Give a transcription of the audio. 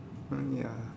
ah ya